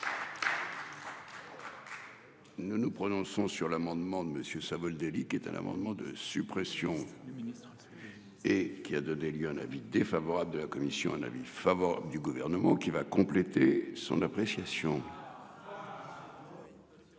Nous nous prononçons sur l'amendement de Monsieur Savoldelli qui est un amendement de suppression du ministre. Et qui a donné lieu à un avis défavorable de la commission un avis favorable du gouvernement qui va compléter son appréciation.